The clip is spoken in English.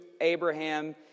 Abraham